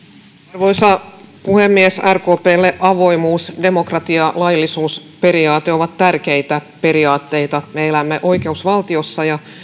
arvoisa puhemies rkplle avoimuus demokratia ja laillisuusperiaate ovat tärkeitä periaatteita me elämme oikeusvaltiossa ja